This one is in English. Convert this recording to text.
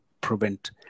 prevent